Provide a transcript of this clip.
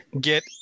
get